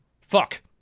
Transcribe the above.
fuck